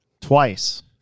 twice